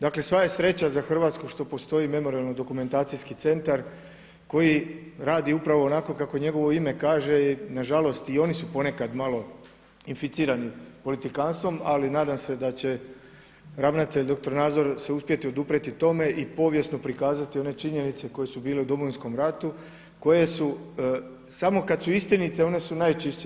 Dakle sva je sreća za Hrvatsku što postoji Memorijalno-dokumentacijski centar koji radi upravo onako kako njegovo ime kaže i nažalost i oni su ponekad malo inficirani politikanstvom ali nadam se da će ravnatelj dr. Nazor se uspjeti oduprijeti tome i povijesno prikazati one činjenice koje su bile u Domovinskom ratu koje su samo kada su istinite one su najčišće.